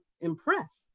impressed